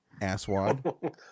asswad